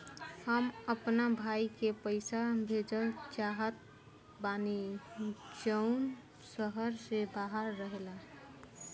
हम अपना भाई के पइसा भेजल चाहत बानी जउन शहर से बाहर रहेला